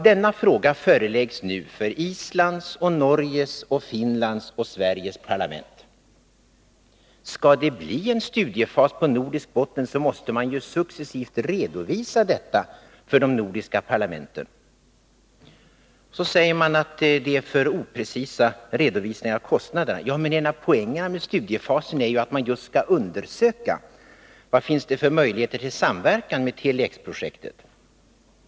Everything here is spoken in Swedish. Denna fråga föreläggs nu Islands, Norges, Finlands och Sveriges parlament. Skall det bli en studiefas på nordisk botten, måste man successivt redovisa detta för de nordiska parlamenten. Så säger man att det föreligger alltför oprecisa redovisningar av kostnaderna. Men en av poängerna med studiefasen är ju att man just skall undersöka vad det finns för möjligheter till samverkan inom Tele X-projektet.